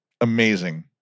amazing